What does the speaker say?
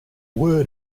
word